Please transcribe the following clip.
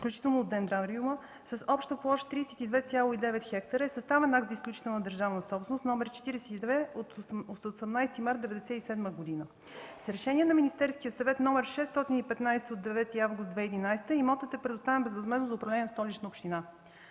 включително дендрариума, с обща площ 32,9 хка е съставен акт за изключителна държавна собственост № 42 от 18 март 1997 г. С Решение на Министерския съвет № 615 от 9 август 2011 г. имотът е предоставен безвъзмездно за управление на Столичната община.